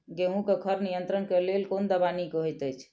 गेहूँ क खर नियंत्रण क लेल कोन दवा निक होयत अछि?